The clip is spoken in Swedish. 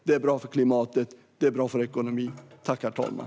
Det är bra för klimatet. Det är bra för ekonomin.